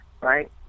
right